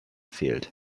fehlt